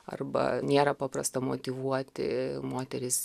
arba nėra paprasta motyvuoti moteris